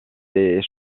des